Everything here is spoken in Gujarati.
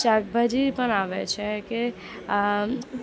શાકભાજી પણ આવે છે કે